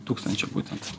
tūkstančio būtent